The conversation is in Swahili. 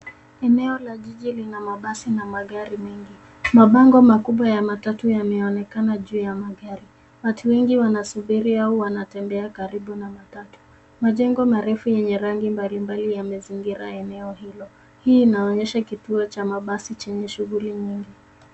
Eneo la jiji lina mabasi na magari mengi. Mabango makubwa ya matatu yameonekana juu ya magari. Watu wengi wanasubiri au wanatembea karibu na matatu. Majengo marefu yenye rangi mbali mbali yamezingira eneo hilo. Hii inaonyesha kituo cha mabasi chenye shughuli nyingi.